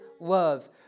love